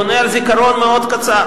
בונה על זיכרון מאוד קצר,